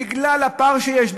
בגלל הפער שיש,